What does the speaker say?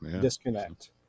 disconnect